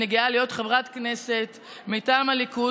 אני גאה להיות חברת כנסת מטעם הליכוד